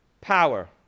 power